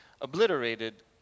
obliterated